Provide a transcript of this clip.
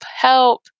Help